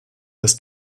das